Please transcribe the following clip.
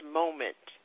moment